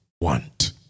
want